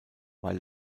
weil